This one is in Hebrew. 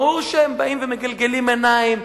ברור שהם באים ומגלגלים עיניים,